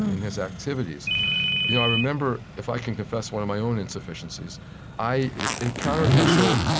in his activities you know i remember if i can confess one of my own insufficiencies i encountered heschel,